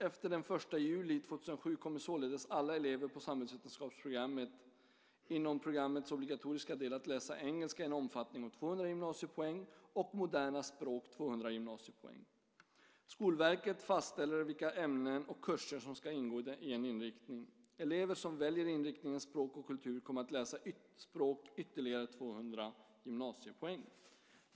Efter den 1 juli 2007 kommer således alla elever på samhällsvetenskapsprogrammet inom programmets obligatoriska del att läsa engelska i en omfattning om 200 gymnasiepoäng och moderna språk 200 gymnasiepoäng. Skolverket fastställer vilka ämnen och kurser som ska ingå i en inriktning. Elever som väljer inriktningen språk och kultur kommer att läsa språk ytterligare 200 gymnasiepoäng.